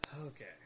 Okay